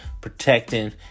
protecting